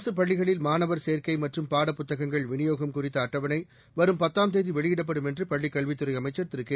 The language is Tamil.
அரசு பள்ளிகளில் மாணவர் சேர்க்கை மற்றும் பாடப்புத்தகங்கள் விநியோகம் குறித்த அட்டவணை வரும் பத்தாம் தேதி வெளியிடப்படும் என்று பள்ளிக் கல்வித்துறை அமைச்சா் திரு கே